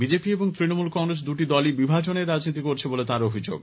BJP এবং তৃণমূল কংগ্রেস দুটি দলই বিভাজনের রাজনীতি করছে বলে তাঁর অভিযোগ